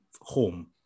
home